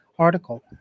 article